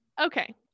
okay